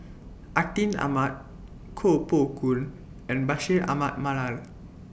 Atin Amat Koh Poh Koon and Bashir Ahmad Mallal